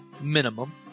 minimum